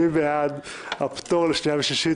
מי בעד הפטור לקריאה שנייה ושלישית,